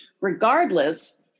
regardless